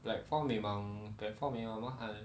platform memang platform memang mahal